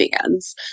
fans